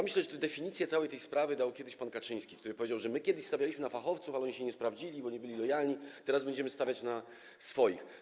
Myślę, że definicję tej całej sprawy dał kiedyś pan Kaczyński, który powiedział: kiedyś stawialiśmy na fachowców, ale oni się nie sprawdzili, bo nie byli lojalni, a teraz będziemy stawiać na swoich.